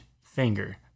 finger